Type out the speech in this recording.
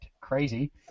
Crazy